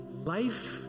Life